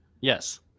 Yes